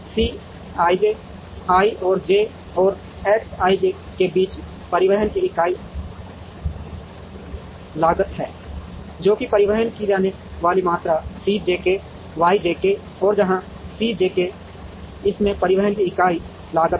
C ij i और j और X ij के बीच परिवहन की इकाई लागत है जो कि परिवहन की जाने वाली मात्रा C jk Y jk है जहाँ C jk इस से परिवहन की इकाई लागत है